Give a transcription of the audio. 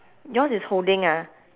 yours is holding ah